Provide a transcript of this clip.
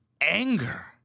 anger